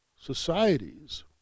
societies